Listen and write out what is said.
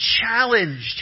challenged